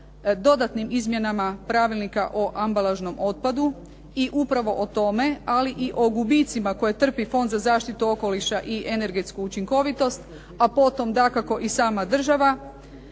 dodatnim izmjenama pravilnika o ambalažnom otpadu i upravo o tome ali i o gubicima koje trpi Fond za zaštitu okoliša i energetsku učinkovitost, a potom dakako i sama država